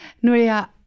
Nuria